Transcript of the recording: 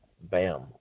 bam